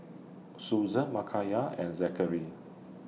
Susan Micayla and Zackary